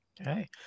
okay